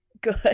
Good